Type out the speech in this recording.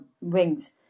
wings